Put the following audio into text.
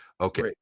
Okay